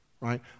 right